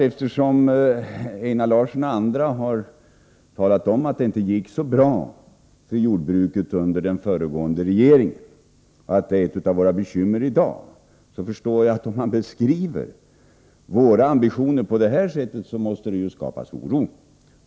Eftersom Einar Larsson och andra talat om att det inte gick så bra för jordbruket under den föregående regeringen och att det är ett av våra bekymmer i dag, förstår jag att det måste skapas oro om han beskriver våra ambitioner på det här sättet.